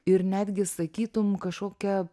ir netgi sakytum kažkokia